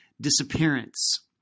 disappearance